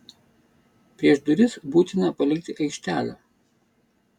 prieš duris būtina palikti aikštelę